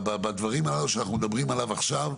בדברים הללו שאנחנו מדברים עליהם עכשיו,